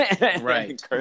right